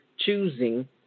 choosing